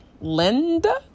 Linda